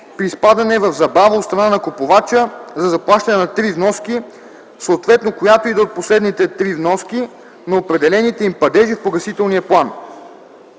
при изпадане в забава от страна на купувача за заплащане на три вноски, съответно която и да е от последните три вноски, на определените им падежи в погасителния план.